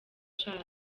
tchad